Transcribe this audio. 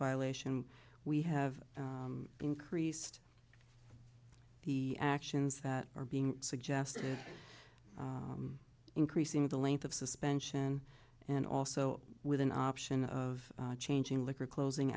violation we have increased the actions that are being suggested increasing the length of suspension and also with an option of changing liquor closing